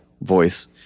voice